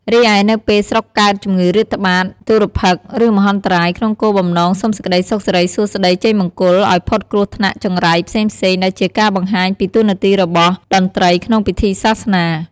រីឯនៅពេលស្រុកកើតជំងឺរាតត្បាត ទុរភិក្ស ឬមហន្តរាយក្នុងគោលបំណងសូមសេចក្តីសុខសិរីសួស្តីជ័យមង្គលឲ្យផុតគ្រោះថ្នាក់ចង្រៃផ្សេងៗដែលជាការបង្ហាញពីតួនាទីរបស់តន្ត្រីក្នុងពិធីសាសនា។